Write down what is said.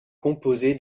composé